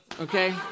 okay